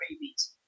rabies